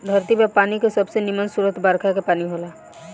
धरती पर पानी के सबसे निमन स्रोत बरखा के पानी होला